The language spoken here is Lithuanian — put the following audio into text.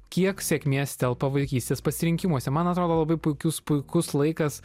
kiek sėkmės telpa vaikystės pasirinkimuose man atrodo labai puikus puikus laikas